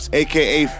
aka